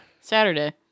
Saturday